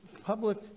public